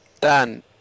Dan